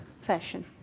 fashion